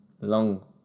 long